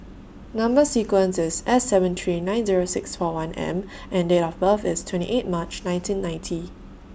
Number sequence IS S seven three nine Zero six four one M and Date of birth IS twenty eighth March nineteen ninety